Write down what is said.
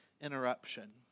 interruption